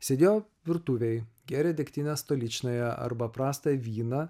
sėdėjo virtuvėj gėrė degtinę stoličnoje arba prastą vyną